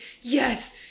yes